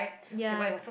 ya